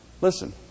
listen